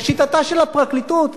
לשיטתה של הפרקליטות,